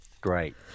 Great